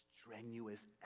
strenuous